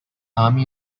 army